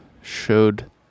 showed